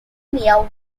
near